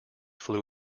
flew